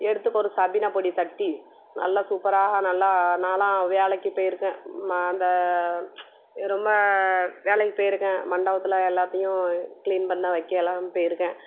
எடுத்துக்கொரு சபீனா பொடியை தட்டி நல்லா சூப்பராக நல்லா நான் எல்லாம் வேலைக்கு போயிருக்கேன் அந்த ரொம்ப வேலைக்கு போயிருக்கேன் மண்டபத்தில் எல்லாத்தையும் க்ளீன் பண்ண வைக்கலாம் போயிருக்கேன்